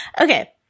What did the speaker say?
Okay